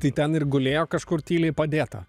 tai ten ir gulėjo kažkur tyliai padėta